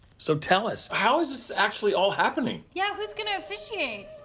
so tell us, how is this actually all happening? yeah, who's going to officiate?